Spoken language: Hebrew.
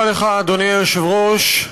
תודה לך, אדוני היושב-ראש.